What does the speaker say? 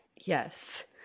yes